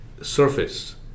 surface